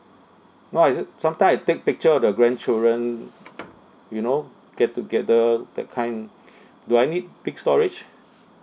what is it some time I take picture of the grandchildren you know get together that kind do I need big storage